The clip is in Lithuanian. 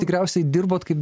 tikriausiai dirbot kaip